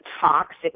toxic